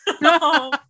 no